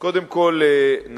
אז קודם כול נבהיר: